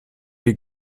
die